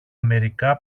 μερικά